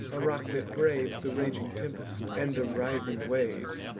a rock that braves the raging tempest and the rising waves